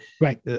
right